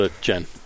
Jen